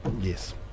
Yes